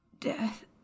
Death